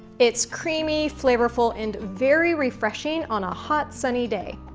it's creamy, flavorful, and very refreshing on a hot, sunny day.